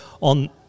on